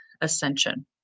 ascension